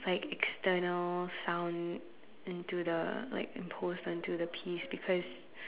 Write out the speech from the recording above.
like external sound into the like imposed onto the piece because